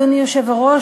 אדוני היושב-ראש,